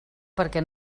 perquè